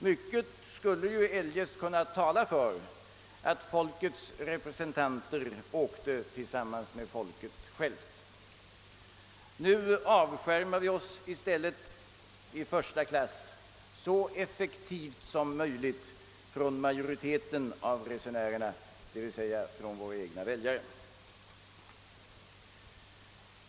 Mycket skulle eljest kunna tala för att folkets representanter åkte tillsammans med folket självt. Nu avskärmar vi oss i första klass så effektivt som möjligt från majoriteten av resenärerna, d.v.s. från våra egna väljare.